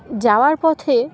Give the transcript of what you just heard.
যাওয়ার পথে